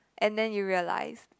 and then you realized